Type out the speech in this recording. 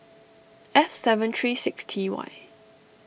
F seven three six T Y